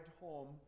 home